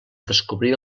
descobrir